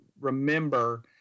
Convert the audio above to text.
remember